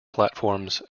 platforms